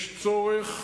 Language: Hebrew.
יש צורך